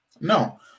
No